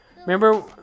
Remember